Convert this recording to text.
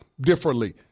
differently